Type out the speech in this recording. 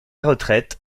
retraite